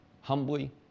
humbly